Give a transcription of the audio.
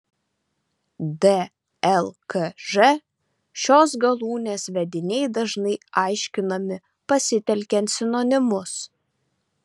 dlkž šios galūnės vediniai dažnai aiškinami pasitelkiant sinonimus